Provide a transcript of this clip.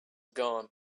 gone